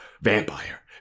Vampire